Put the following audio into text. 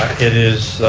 it is